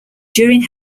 during